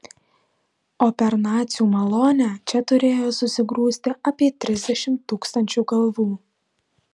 o per nacių malonę čia turėjo susigrūsti apie trisdešimt tūkstančių galvų